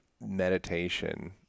meditation